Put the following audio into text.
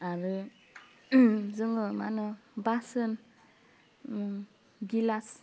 आरो जोङो मा होनो बासोन उम गिलास